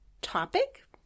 topic